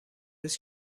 روز